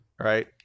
right